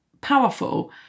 powerful